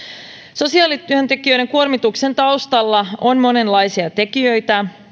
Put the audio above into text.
sosiaalityöntekijöiden kuormituksen taustalla on monenlaisia tekijöitä